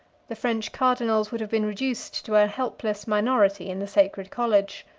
the french cardinals would have been reduced to a helpless minority in the sacred college.